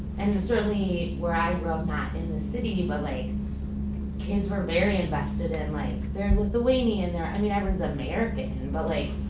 and certainly where i grew up, not in the city, but like kids were very invested in, like they're and lithuanian, i mean, everyone's american, and but like